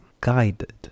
guided